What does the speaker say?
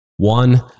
One